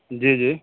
جی جی